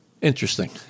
Interesting